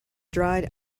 dried